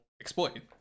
exploit